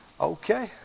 okay